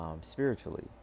Spiritually